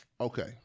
Okay